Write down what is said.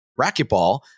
racquetball